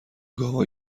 گاوا